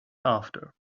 after